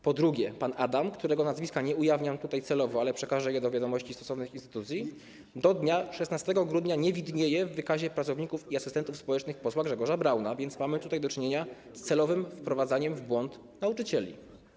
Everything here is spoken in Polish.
Po drugie, pan Adam, którego nazwiska nie ujawniam tutaj celowo, ale przekażę je do wiadomości stosownych instytucji, do dnia 16 grudnia nie widniał w wykazie pracowników i asystentów społecznych posła Grzegorza Brauna, więc mamy tutaj do czynienia z celowym wprowadzaniem błąd nauczycieli.